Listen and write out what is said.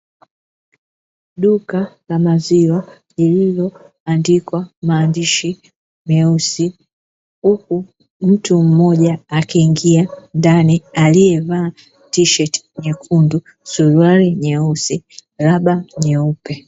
Duka la maziwa lililoandikwa maandishi meusi, huku mtu mmoja akiingia ndani, aliyevaa tisheti nyekundu, suruali nyeusi, raba nyeupe.